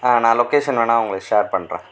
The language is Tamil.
ஆ நான் லொக்கேஷன் வேணா உங்களுக்கு ஷேர் பண்ணுறேன்